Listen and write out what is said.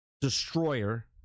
destroyer